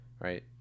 Right